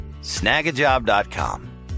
Snagajob.com